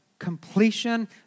completion